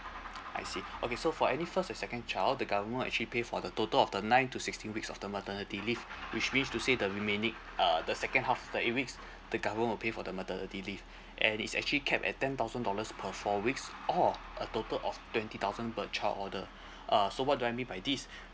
I see okay so for any first or second child the government will actually pay for the total of the nine to sixteen weeks of the maternity leave which means to say the remaining uh the second half the eight weeks the government will pay for the maternity leave and it's actually capped at ten thousand dollars per four weeks or a total of twenty thousand per child order uh so what do I mean by this